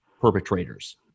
perpetrators